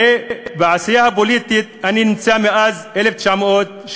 הרי בעשייה הפוליטית אני נמצא מאז 1974,